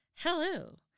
Hello